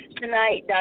Tonight